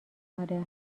آره